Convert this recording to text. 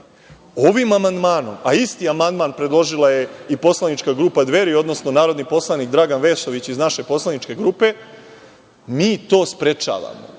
amandmanom, a isti amandman predložila je i poslanička grupa Dveri, odnosno narodni poslanici Dragan Vesović iz naše poslaničke grupe, mi to sprečavamo.